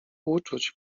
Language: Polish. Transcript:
uczuć